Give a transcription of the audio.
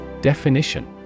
Definition